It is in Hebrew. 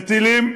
מטילים,